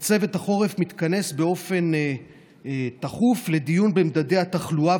וצוות החורף מתכנס באופן תכוף לדיון במדדי התחלואה